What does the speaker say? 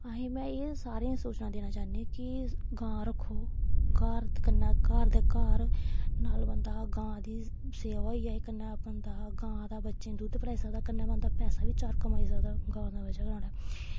असें भाई सारें गी सूचना देना चाह्न्नी की गां रक्खो कन्नै घर दे घर नाल बंदै गां दी सेवा होई जाए कन्नै गां दा बच्चें गी दुद्ध पलैई सकदा कन्नै बंदा पैसे बी चार कमाई सकदा गां दी बजह कन्नै